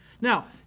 Now